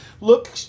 Look